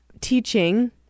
teaching